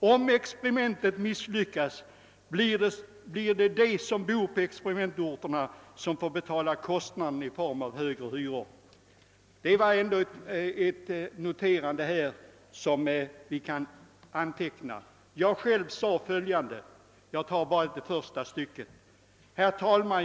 Om experimentet misslyckas blir det de som bor på experimentorterna som får betala kostnaderna i form av högre hyror.» Detta är väl ändå ett konstaterande som vi kan anteckna. Jag själv yttrade följande — jag citerar bara första stycket: »Herr talman!